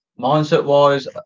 Mindset-wise